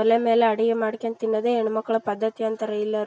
ಒಲೆ ಮೇಲೆ ಅಡಿಗೆ ಮಾಡ್ಕೊಂಡ್ ತಿನ್ನೊದೇ ಹೆಣ್ಣು ಮಕ್ಕಳ ಪದ್ಧತಿ ಅಂತಾರೆ ಎಲ್ಲರು